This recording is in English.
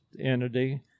entity